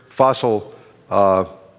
fossil